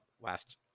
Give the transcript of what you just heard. last